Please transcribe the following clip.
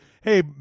Hey